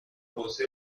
posee